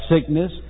sickness